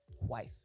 wife